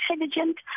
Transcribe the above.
intelligent